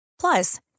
Plus